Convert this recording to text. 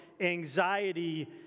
anxiety